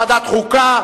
ועדת החוקה,